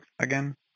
again